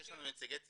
יש לנו נציגי ציבור,